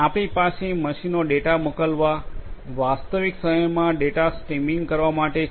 આપણી પાસે મશીનો ડેટા મોકલવા વાસ્તવિક સમયમાં ડેટા સ્ટ્રીમિંગ કરવા માટે છે